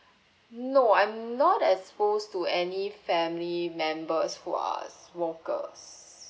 no I'm no expose to any family members who are smokers